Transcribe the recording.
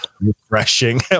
refreshing